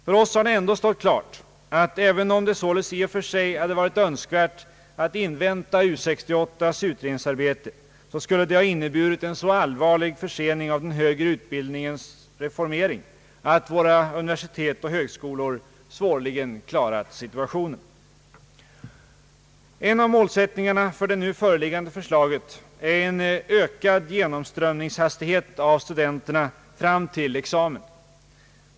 För oss har det stått klart att även om det i och för sig hade varit önskvärt att invänta U 68:s utredningsarbete, skulle det ha inneburit en så allvarlig försening av den hög re utbildningens reformering att våra universitet och högskolor svårligen klarat situationen. En av målsättningarna för det nu föreliggande förslaget är ökad genomströmningshastighet för studenterna fram till examen.